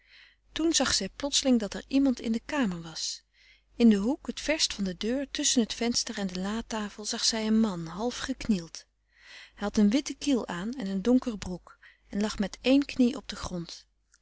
toen zag zij plotseling dat er iemand in de kamer was in den hoek t verst van de deur tusschen t venster en de latafel zag zij een man half geknield hij had een witte kiel aan en een donkere broek en lag met één knie op den grond